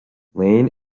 lane